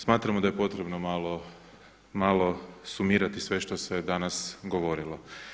Smatramo da je potrebno malo sumirati sve što se danas govorilo.